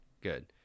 Good